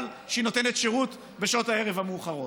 שהיא נותנת שירות בשעות הערב המאוחרות.